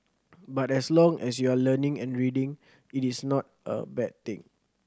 but as long as you are learning and reading it is not a bad thing